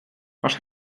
masz